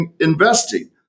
investing